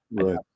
Right